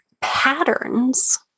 patterns